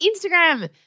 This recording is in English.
Instagram